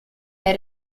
dei